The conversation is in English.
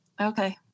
okay